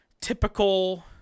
typical